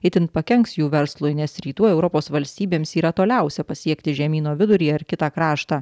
itin pakenks jų verslui nes rytų europos valstybėms yra toliausia pasiekti žemyno vidurį ar kitą kraštą